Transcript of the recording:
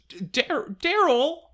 daryl